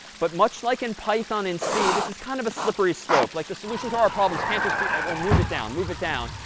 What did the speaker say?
but much like in python and c, this is kind of a slippery slope. like, the solution to our problems can't just be, well, move it down. move it down.